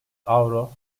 avro